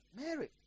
Mary